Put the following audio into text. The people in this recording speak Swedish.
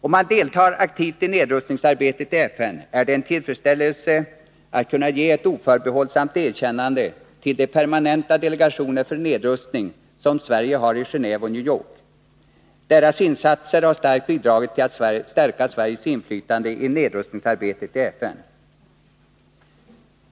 När man deltar aktivt i nedrustningsarbetet i FN är det en tillfredsställelse att kunna ge ett oförbehållsamt erkännande till de permanenta delegationer för nedrustning som Sverige har i Geneve och New York. Deras insatser har starkt bidragit till att stärka Sveriges inflytande i nedrustningsarbetet i FN.